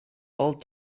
old